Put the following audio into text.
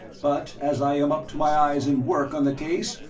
but as i am up to my eyes in work on the case,